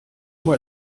moi